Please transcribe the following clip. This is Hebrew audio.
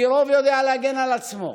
כי רוב יודע להגן על עצמו,